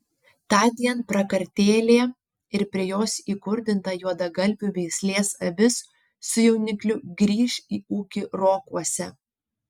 tądien prakartėlė ir prie jos įkurdinta juodagalvių veislės avis su jaunikliu grįš į ūkį rokuose